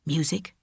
Music